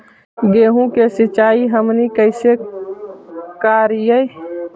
गेहूं के सिंचाई हमनि कैसे कारियय?